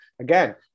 again